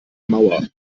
mauer